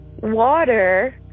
water